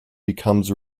becomes